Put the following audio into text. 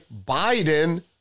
Biden